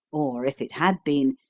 or, if it had been,